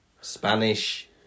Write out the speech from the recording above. Spanish